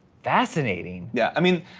fascinating. yeah. i mean,